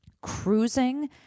cruising